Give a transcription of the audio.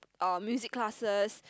um music classes